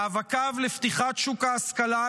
מאבקיו לפתיחת שוק ההשכלה הגבוהה,